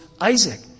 Isaac